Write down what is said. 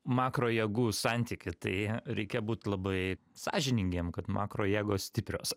makrojėgų santykį tai reikia būt labai sąžiningiem kad makrojėgos stiprios